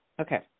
Okay